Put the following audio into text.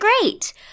great